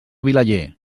vilaller